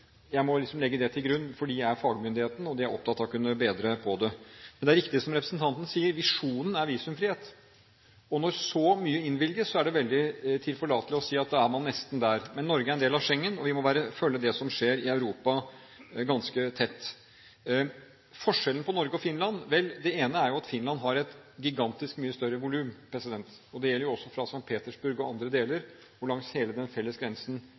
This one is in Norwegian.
Jeg må legge dette til grunn, for de er fagmyndigheten, og de er opptatt av å kunne forbedre dette. Men det er riktig som representanten sier: Visjonen er visumfrihet. Når så mye innvilges, er det veldig tilforlatelig å si at da er man nesten der. Men Norge er en del av Schengen, og vi må følge det som skjer i Europa, ganske tett. Når det gjelder forskjellen på Norge og Finland: Vel, det ene er jo at Finland har et gigantisk mye større volum. Dette gjelder også fra St. Petersburg og andre deler og langs hele den felles grensen